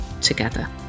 together